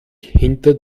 hinter